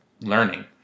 learning